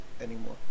anymore